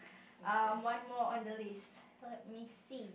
um one more on the list let me see